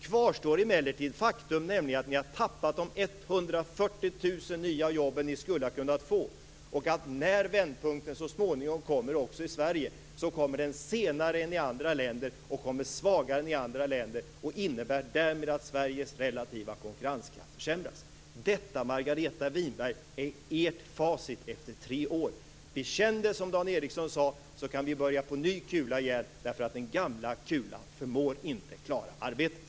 Kvar står emellertid faktum, nämligen att ni har tappat de 140 000 nya jobb ni skulle ha kunnat få. När vändpunkten så småningom kommer också i Sverige kommer den senare än i andra länder och svagare än i andra länder, varför Sveriges relativa konkurrenskraft försämras. Detta, Margareta Winberg, är ert facit efter tre år. Bekänn det, som Dan Ericsson sade, så kan vi börja på ny kula igen. Den gamla kulan förmår inte klara arbetet.